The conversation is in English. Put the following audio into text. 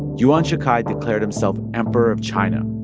yuan shikai declared himself emperor of china.